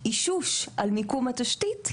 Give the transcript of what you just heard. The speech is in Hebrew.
אישוש על מיקום התשתית,